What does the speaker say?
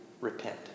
repent